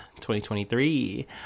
2023